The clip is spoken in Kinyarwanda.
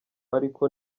ariko